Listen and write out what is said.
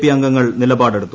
P അംഗങ്ങൾ നിലപാടെടുത്തു